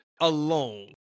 alone